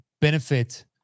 benefit